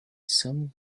some